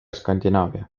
skandinaavia